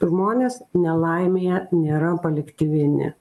žmonės nelaimėje nėra palikti vieni